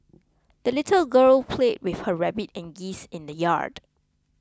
the little girl played with her rabbit and geese in the yard